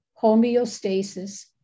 homeostasis